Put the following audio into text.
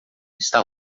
está